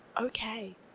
okay